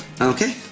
Okay